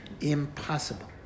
Impossible